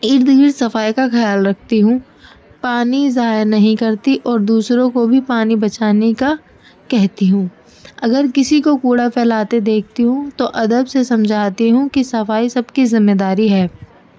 ارد گر صفائی کا خیال رکھتی ہوں پانی ضائع نہیں کرتی اور دوسروں کو بھی پانی بچانے کا کہتی ہوں اگر کسی کو کوڑا پھیلاتے دیکھتی ہوں تو ادب سے سمجھاتی ہوں کہ صفائی سب کی ذمہ داری ہے